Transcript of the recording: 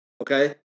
okay